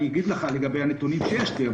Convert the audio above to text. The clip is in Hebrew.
אני יכול לומר על הנתונים שיש לי.